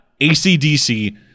ACDC